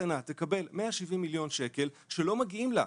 קטנה תקבל 170 מיליון שקל שלא מגיעים לה,